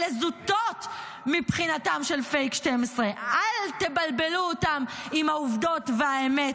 אלה זוטות מבחינתם של פייק 12. אל תבלבלו אותם עם העובדות והאמת,